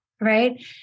Right